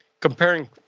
comparing